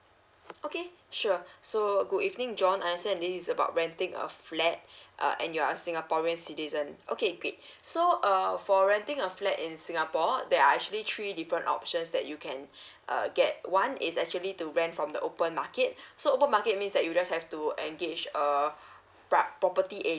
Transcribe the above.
okay sure so good evening john I understand this is about renting a flat uh and you are a singaporean citizen okay okay so uh for renting a flat in singapore there are actually three different options that you can err get one is actually to rent from the open market so open market means that you just have to engage err property eh